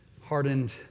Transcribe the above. hardened